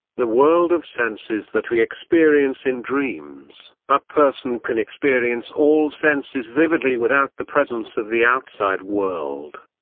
the world of senses that we experience in dreams a person can experience all senses vividly without the presence of the outside world.